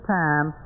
time